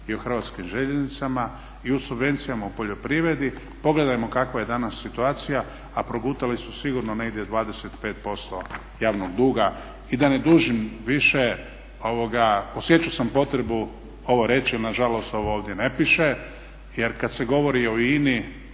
i o hrvatskim željeznicama i o subvencijama u poljoprivredi. Pogledajmo kakva je danas situacija, a progutali su sigurno negdje 25% javnog duga. I da ne dužim više, osjećao sam potrebu ovo reći jer na žalost ovo ovdje ne piše. Jer kad se govori o INA-i